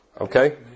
Okay